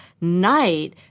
night